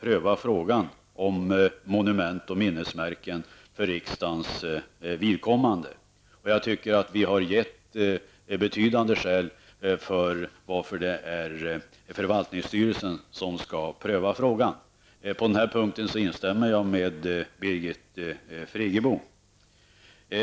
pröva frågan om monument och minnesmärken för riksdagens vidkommande. Jag tycker att vi har uppgett starka skäl för varför det är förvaltningsstyrelsen som skall pröva frågan. Jag instämmer med Birgit Friggebo på den här punkten.